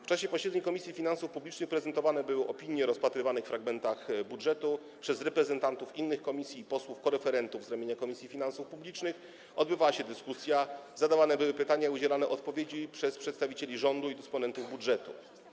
W czasie posiedzeń Komisji Finansów Publicznych prezentowane były opinie o rozpatrywanych fragmentach budżetu przez reprezentantów innych komisji i posłów koreferentów z ramienia Komisji Finansów Publicznych, odbywała się dyskusja, zadawane były pytania i udzielane były odpowiedzi przez przedstawicieli rządu i dysponentów budżetu.